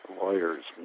lawyers